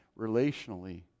relationally